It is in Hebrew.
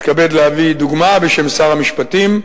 אני מתכבד להביא דוגמה בשם שר המשפטים.